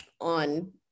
on